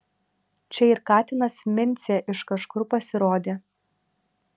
čia ir katinas mincė iš kažkur pasirodė